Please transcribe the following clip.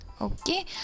Okay